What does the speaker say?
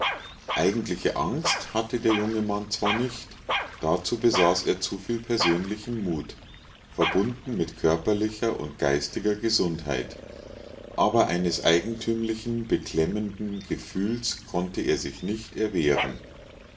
eigentliche angst hatte der junge mann zwar nicht dazu besaß er zuviel persönlichen mut verbunden mit körperlicher und geistiger gesundheit aber eines eigentümlichen beklemmenden gefühls konnte er sich nicht erwehren